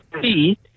see